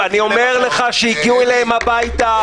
אני אומר לך שהגיעו אליהם הביתה,